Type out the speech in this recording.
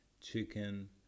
chicken